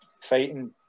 fighting